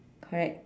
correct